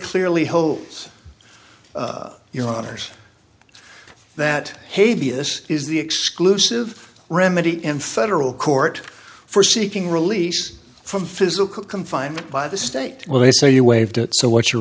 clearly holes your honors that hey this is the exclusive remedy in federal court for seeking release from physical confinement by the state well they say you waived it so what's your